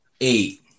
eight